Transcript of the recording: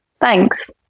Thanks